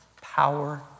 power